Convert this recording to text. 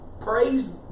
praise